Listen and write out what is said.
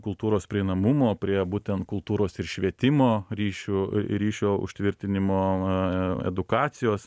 kultūros prieinamumo prie būtent kultūros ir švietimo ryšių ryšio užtvirtinimo edukacijos